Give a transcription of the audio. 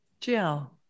Jill